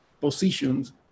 positions